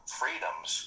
freedoms